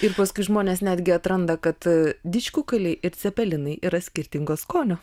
ir paskui žmonės netgi atranda kad didžkukuliai ir cepelinai yra skirtingo skonio